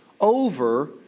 over